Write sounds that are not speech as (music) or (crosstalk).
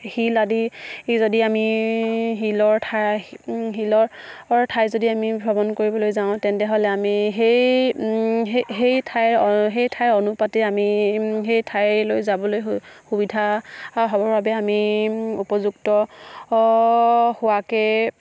শিল আদি যদি আমি শিলৰ ঠাই শিলৰ ঠাই যদি আমি ভ্ৰমণ কৰিবলৈ যাওঁ তেন্তেহ'লে আমি সেই ঠাইৰ সেই ঠাইৰ অনুপাতে আমি সেই ঠাইলৈ যাবলৈ সুবিধা (unintelligible) বাবে আমি উপযুক্ত হোৱাকে